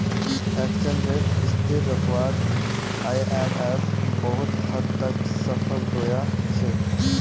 exchange rate स्थिर रखवात IMF बहुत हद तक सफल रोया छे